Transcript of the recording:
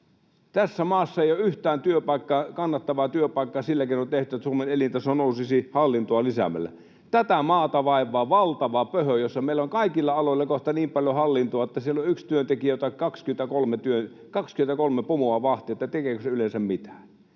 Tässä maassa ei ole yhtään kannattavaa työpaikkaa sillä keinoin tehty, että Suomen elintaso nousisi hallintoa lisäämällä. Tätä maata vaivaa valtava pöhö, jossa meillä on kaikilla aloilla kohta niin paljon hallintoa, että siellä on yksi työntekijä, jota 23 pomoa vahtii, sitä, tekeekö se yleensä mitään.